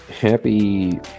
Happy